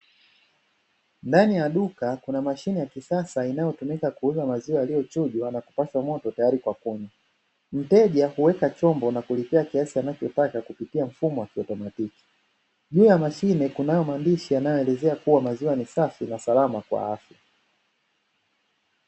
Ndani ya duka Kuna mshine ya kisasa inayotumika kuuza maziwa yaliyochujwa na kupashwa moto tayari kwa kunywa. Mteja huweka chombo na kulipia kiasi anachotaka kupitia mfumo wa kiautomatiki. Juu ya mashine kuna maandishi yanayoeleza kuwa maziwa safi na salama kwa afya.